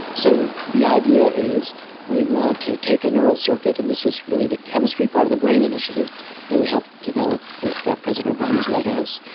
so the idea is we want to take a neural circuit, and this was really the chemistry part of the brain initiative that we helped develop with president obama's white house.